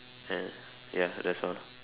and ya that's all